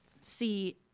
see